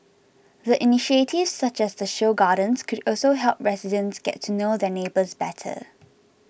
the initiatives such as the show gardens could also help residents get to know their neighbours better